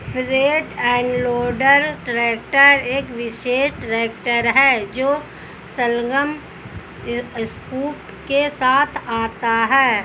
front end loader tractor एक विशेष tractor है जो संलग्न स्कूप के साथ आता है